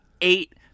eight